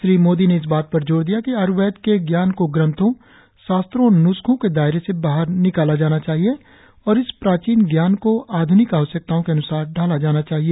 श्री मोदी ने इस बात पर जोर दिया कि आय्र्वेद के ज्ञान को ग्रंथों शास्त्रों और न्स्खों के दायरे से बाहर निकाला जाना चाहिए और इस प्राचीन ज्ञान को आध्निक आवश्यकताओं के अन्सार ढाला जाना चाहिए